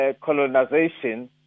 colonization